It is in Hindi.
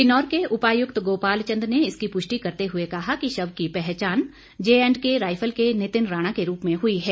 किन्नौर के उपायुक्त गोपाल चंद ने इसकी पुष्टि करते हुए कहा कि शव की पहचान जेएंड के राइफल के नितिन राणा के रूप में हुई है